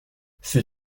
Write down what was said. ses